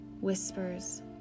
whispers